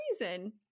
reason